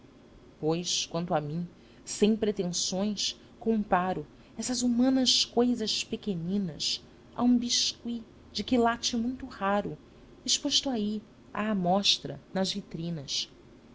pois quanto a mim sem pretensões comparo essas humanas coisas pequeninas a um biscuit de quilate muito raro exposto aí à amostra nas vitrinas